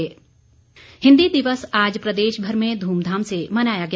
हिन्दी पखवाड़ा हिन्दी दिवस आज प्रदेशभर में धूमधाम से मनाया गया